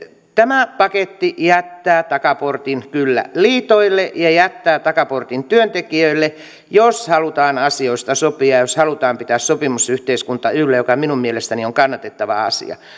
tämä paketti jättää takaportin kyllä liitoille ja jättää takaportin työntekijöille jos halutaan asioista sopia ja jos halutaan pitää sopimusyhteiskunta yllä mikä minun mielestäni on on kannatettava asia